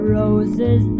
roses